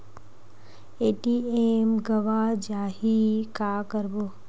ATM गवां जाहि का करबो?